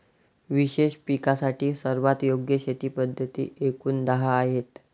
विशेष पिकांसाठी सर्वात योग्य शेती पद्धती एकूण दहा आहेत